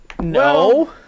No